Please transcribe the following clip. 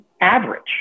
average